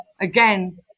Again